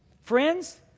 Friends